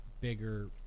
bigger